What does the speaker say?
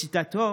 לשיטתו,